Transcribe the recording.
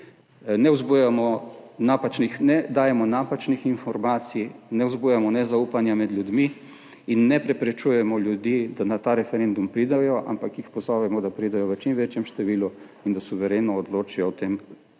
ne dajemo napačnih informacij, ne vzbujamo nezaupanja med ljudmi in ne preprečujemo ljudem, da pridejo na ta referendum, ampak jih pozovemo, da pridejo v čim večjem številu in da suvereno odločajo o tem